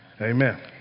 amen